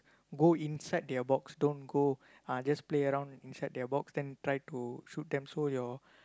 go inside their box don't go ah just play around inside their box then try to shoot them so your